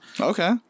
Okay